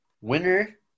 Winner